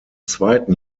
zweiten